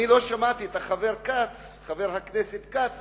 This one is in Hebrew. לא שמעתי שחבר הכנסת כץ